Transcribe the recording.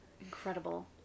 Incredible